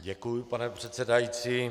Děkuji, pane předsedající.